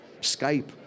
Skype